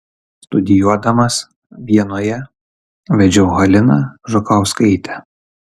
studijuodamas vienoje vedžiau haliną žukauskaitę